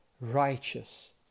righteous